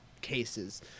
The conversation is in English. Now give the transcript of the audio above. cases